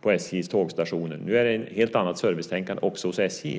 på SJ:s tågstationer. Nu är det ett helt annat servicetänkande också hos SJ.